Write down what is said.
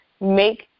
make